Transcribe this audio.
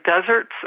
Desert's